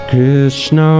Krishna